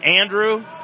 Andrew